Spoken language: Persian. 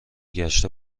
گشت